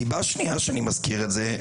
סיבה שנייה שאני מזכיר את זה,